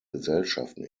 gesellschaften